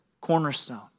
cornerstone